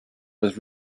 was